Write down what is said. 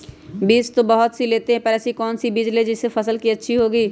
बीज तो बहुत सी लेते हैं पर ऐसी कौन सी बिज जिससे फसल अच्छी होगी?